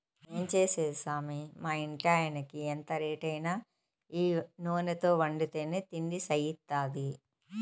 ఏం చేసేది సామీ మా ఇంటాయినకి ఎంత రేటైనా ఈ నూనెతో వండితేనే తిండి సయిత్తాది